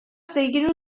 seguint